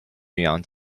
巡洋舰